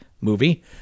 movie